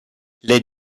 les